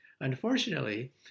Unfortunately